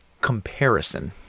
comparison